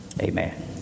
Amen